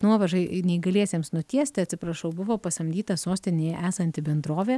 nuovažai neįgaliesiems nutiesti atsiprašau buvo pasamdyta sostinėje esanti bendrovė